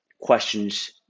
questions